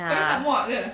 ya